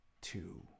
two